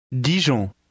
Dijon